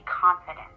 confident